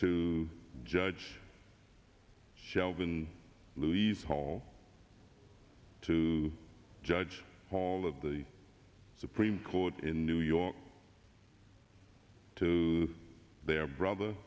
to judge shelvin louise hall to judge hall of the supreme court in new york to their brother